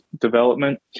development